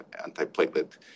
antiplatelet